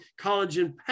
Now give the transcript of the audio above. collagen